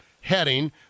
heading